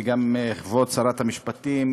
וגם כבוד שרת המשפטים,